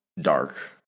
dark